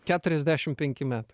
keturiasdešim penki metai